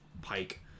pike